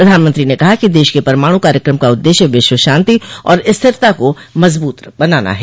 प्रधानमंत्री ने कहा कि देश के परमाणु कार्यक्रम का उद्देश्य विश्व शांति और स्थिरता को मजबूत बनाना है